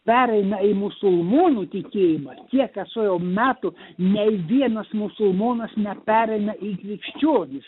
pereina į musulmonų tikėjimą kiek esu jau metų nei vienas musulmonas nepereina į krikščionišk